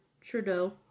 Trudeau